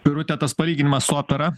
birute tas palyginimas su opera